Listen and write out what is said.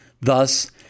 Thus